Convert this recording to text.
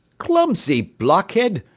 clumsy blockhead!